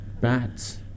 Bats